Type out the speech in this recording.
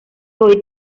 hoy